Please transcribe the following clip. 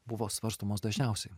buvo svarstomos dažniausiai